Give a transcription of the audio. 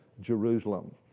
Jerusalem